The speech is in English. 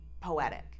poetic